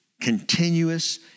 Continuous